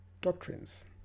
doctrines